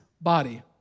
body